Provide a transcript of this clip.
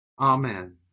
Amen